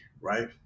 right